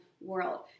world